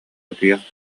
кутуйах